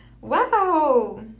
Wow